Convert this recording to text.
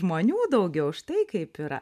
žmonių daugiau štai kaip yra